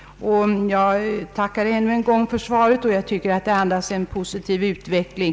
Jag tackar ännu en gång för svaret. Jag tycker att det andas en positiv utveckling.